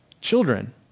Children